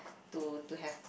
to to have